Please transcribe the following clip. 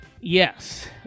yes